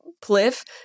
pliff